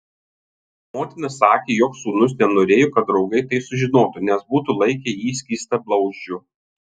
motina sakė jog sūnus nenorėjo kad draugai tai sužinotų nes būtų laikę jį skystablauzdžiu